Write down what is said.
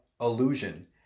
illusion